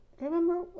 Remember